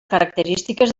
característiques